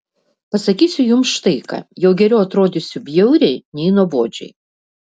pasakysiu jums štai ką jau geriau atrodysiu bjauriai nei nuobodžiai